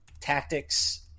Tactics